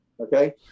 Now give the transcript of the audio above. Okay